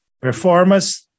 performance